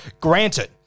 granted